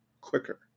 quicker